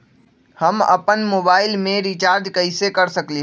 हम अपन मोबाइल में रिचार्ज कैसे कर सकली ह?